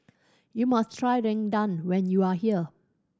you must try rendang when you are here